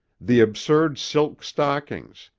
the absurd silk stockings,